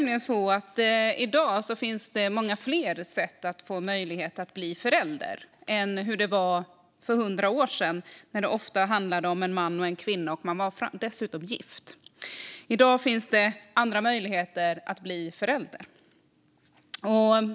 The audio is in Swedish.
I dag finns det nämligen många fler möjligheter att få bli förälder än för hundra år sedan när det ofta handlade om en man och en kvinna som var gifta med varandra.